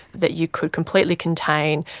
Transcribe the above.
that you could completely contain,